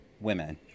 women